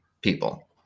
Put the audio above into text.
people